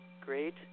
great